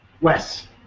Wes